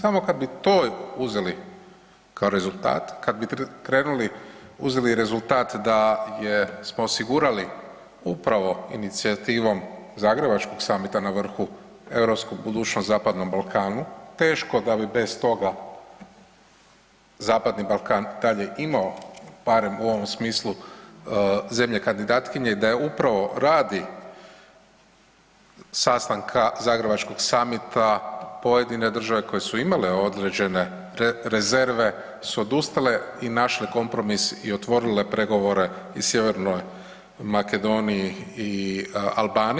Samo kad bi to uzeli kao rezultat, kad bi krenuli, uzeli rezultat da smo osigurali upravo inicijativom Zagrebačkog summita na vrhu europsku budućnost Zapadnom Balkanu teško da bi bez toga Zapadni Balkan imao, barem u ovom smislu zemlje kandidatkinje, da je upravo radi sastanka Zagrebačkog summita pojedine države koje su imale određene rezerve su odustale i našle kompromis i otvorile pregovore i Sjevernoj Makedoniji i Albaniji.